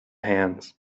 hands